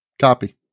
Copy